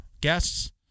guests